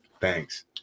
thanks